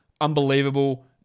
unbelievable